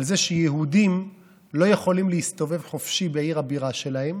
על זה שיהודים לא יכולים להסתובב חופשי בעיר הבירה שלהם